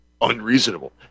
unreasonable